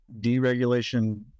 deregulation